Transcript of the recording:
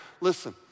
Listen